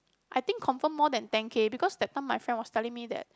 I think confirm more than ten K because that time my friend was telling that